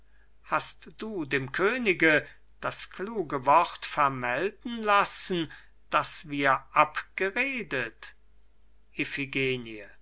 hast du dem könige das kluge wort vermelden lassen das wir abgeredet